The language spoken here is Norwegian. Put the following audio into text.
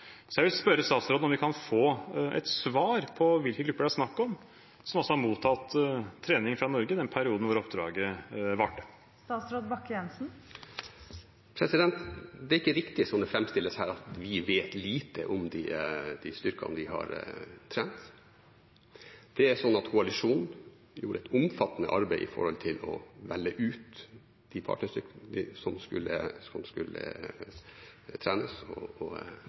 Så jeg vil spørre statsråden om vi kan få et svar på hvilke grupper det er snakk om, som altså har mottatt trening fra Norge i den perioden oppdraget varte. Det er ikke riktig som det framstilles her, at vi vet lite om de styrkene vi har trent. Koalisjonen gjorde et omfattende arbeid med å velge ut de partnerstyrkene som skulle trenes og